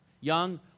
young